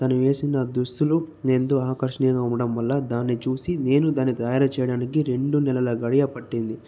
తను వేసిన దుస్తులు ఎంతో ఆకర్షిణీయడం అవ్వడం వల్ల దాన్ని చూసి నేను దాన్ని తయారు చేయడానికి రెండు నెలల ఘడియ పట్టింది